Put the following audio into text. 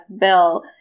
Bill